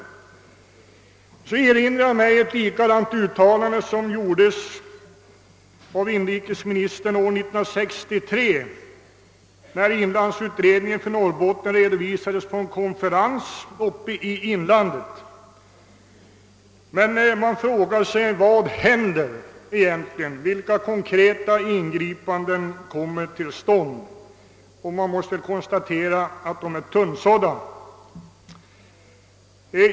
I samband därmed erinrar jag mig ett likadant uttalande av inrikesministern år 1963, när inlandsutredningen för Norrbotten redovisades på en konferens i inlandet. Men vad händer egentligen, vilka konkreta ingripanden kommer till stånd? Man måste konstatera att de är tunnsådda.